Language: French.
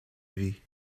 vie